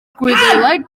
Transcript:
gwyddeleg